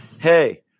hey